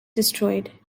destroyed